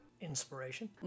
Inspiration